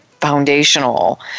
foundational